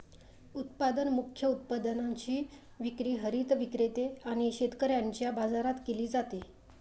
उत्पादन मुख्य उत्पादनाची विक्री हरित विक्रेते आणि शेतकऱ्यांच्या बाजारात केली जाते